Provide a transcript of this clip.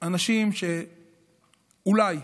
האנשים שאולי,